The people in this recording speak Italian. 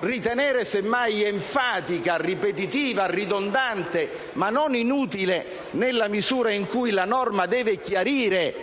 ritenere semmai enfatica, ripetitiva e ridondante, ma non inutile, nella misura in cui la norma deve chiarire